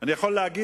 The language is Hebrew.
אני יכול להגיד,